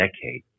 decade